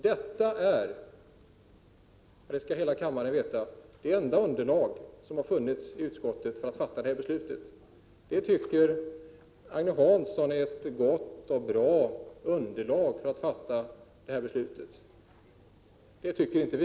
Detta är — det skall hela kammaren veta — det enda underlag som har funnits i utskottet för att fatta detta beslut. Det tycker Agne Hansson är ett gott och bra underlag för att fatta beslut. Det tycker inte vi.